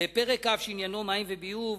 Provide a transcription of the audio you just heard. בפרק כ' שעניינו מים וביוב,